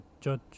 judge